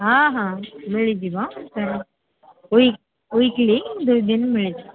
ହଁ ହଁ ମିଳିଯିବ ତେଣୁ ୱଇକି ୱଇକିଲି ଦୁଇ ଦିନ ମିଳିଯିବ